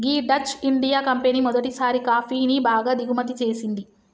గీ Dutch India company మొదటిసారి కాఫీని బాగా దిగుమతి చేసింది